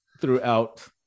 throughout